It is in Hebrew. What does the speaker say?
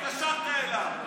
התקשרת אליו.